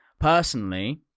Personally